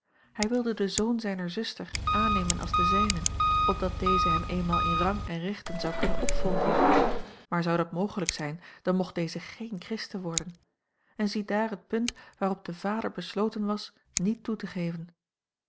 hij wilde den zoon zijner zuster aannemen als den zijnen opdat deze hem eenmaal in rang en rechten zou kunnen opvolgen maar zou dat mogelijk zijn dan mocht deze geen christen worden en ziedaar het punt waarop de vader besloten was niet toe te geven